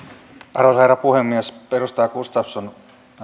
arvoisa herra puhemies edustaja gustafsson